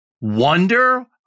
wonder